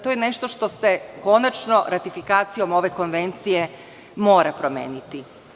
To je nešto što se konačno ratifikacijom ove konvencije mora promeniti.